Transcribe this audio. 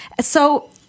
So-